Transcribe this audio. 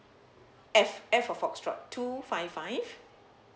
F F for foxtrot two five five